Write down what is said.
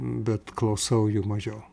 bet klausau jų mažiau